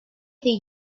did